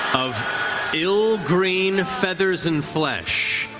of ill green feathers and flesh,